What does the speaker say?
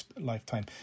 lifetime